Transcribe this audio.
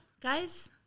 guys